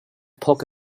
poke